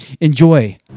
enjoy